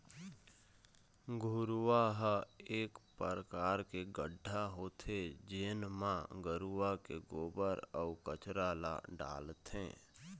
घुरूवा ह एक परकार के गड्ढ़ा होथे जेन म गरूवा के गोबर, अउ कचरा ल डालथे